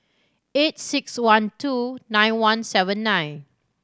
eight six one two nine one seven nine